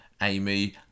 Amy